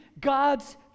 God's